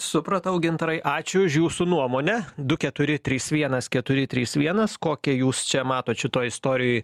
supratau gintarai ačiū už jūsų nuomonę du keturi trys vienas keturi trys vienas kokią jūs čia matot šitoj istorijoj